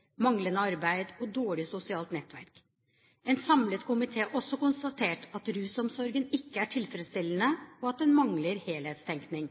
manglende bolig, manglende arbeid og dårlig sosialt nettverk. En samlet komité har også konstatert at rusomsorgen ikke er tilfredsstillende, og at den mangler helhetstenkning.